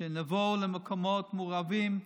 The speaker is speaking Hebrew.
שנבוא למקומות מעורבים,